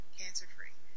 cancer-free